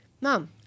Mom